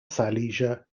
silesia